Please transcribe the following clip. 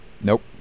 Nope